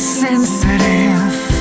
sensitive